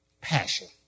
passion